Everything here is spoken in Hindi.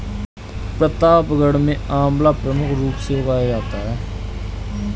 प्रतापगढ़ में आंवला प्रमुख रूप से उगाया जाता है